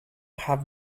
have